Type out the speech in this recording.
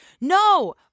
no